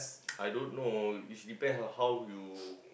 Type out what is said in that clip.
I don't know is depend on how you